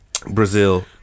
brazil